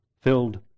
filled